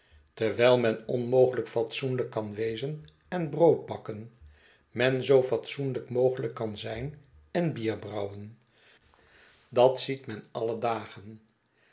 terwijl men onmogelijk fatsoenlijk kan wezen en brood bakken men zoo fatsoenlijk mogelijk kan zijn en bier brouwen dat ziet men alle dagen